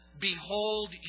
behold